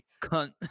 Cunt